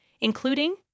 including